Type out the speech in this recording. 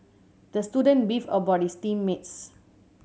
the student beefed about his team mates